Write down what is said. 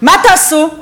מה תעשו?